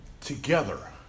together